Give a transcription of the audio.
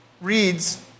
reads